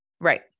Right